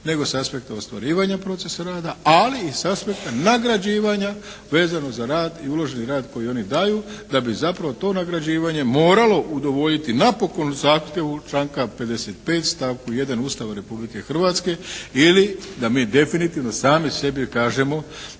nego sa aspekta ostvarivanja procesa rada, ali i s aspekta nagrađivanja vezano za rad i uloženi rad koji oni daju da bi zapravo to nagrađivanje moralo udovoljiti napokon zahtjevu članka 55. stavku 1. Ustava Republike Hrvatske ili da mi definitivno sami sebi kažemo